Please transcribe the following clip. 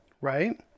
right